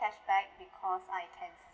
cash back because I can